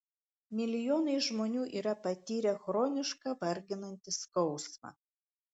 milijonai žmonių yra patyrę chronišką varginantį skausmą